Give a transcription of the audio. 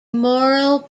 moral